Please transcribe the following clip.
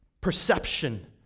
perception